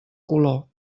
color